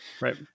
Right